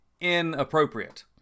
inappropriate